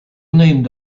named